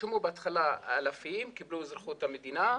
נרשמו בהתחלה אלפים, קיבלו אזרחות המדינה.